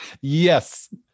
yes